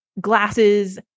glasses